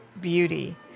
beauty